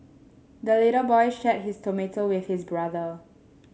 the little boy shared his tomato with his brother